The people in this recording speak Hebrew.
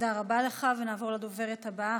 תודה רבה לך, ונעבור לדוברת הבאה.